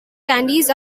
candies